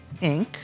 Inc